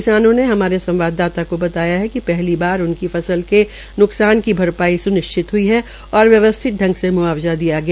किसानों ने हमारे संवाददाता को बताया कि पहली बार उनकी फसल के न्कसान की भरपाई स्निश्चित हई है और व्यवस्थित ढंग से म्आवजा दिलाया गया